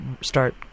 start